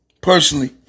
personally